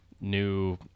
new